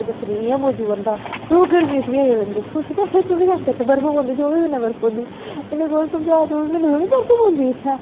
दिक्खनी इ'यां मौजू बनदा लोग गरमियें बिच बी आई गेदे होंदे सोचदे चौबी म्हीनें इ'त्थें बरफ पौंदी इ'नें गी कु'न समझा कि चौबी म्हीने थोह्ड़े बरफ पौंदी इ'त्थें